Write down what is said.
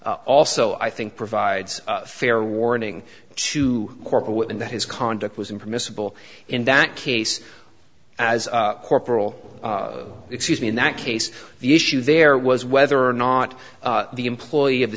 also i think provides fair warning to corporal and that his conduct was impermissible in that case as corporal excuse me in that case the issue there was whether or not the employee of the